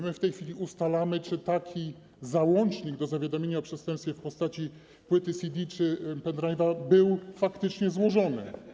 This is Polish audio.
My w tej chwili ustalamy, czy taki załącznik do zawiadomienia o przestępstwie w postaci płyty CD czy pendrive’a był faktycznie złożony.